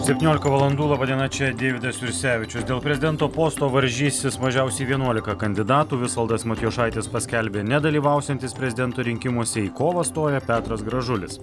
septyniolika valandų laba diena čia deividas jursevičiu dėl prezidento posto varžysis mažiausiai vienuolika kandidatų visvaldas matijošaitis paskelbė nedalyvausiantis prezidento rinkimuose į kovą stoja petras gražulis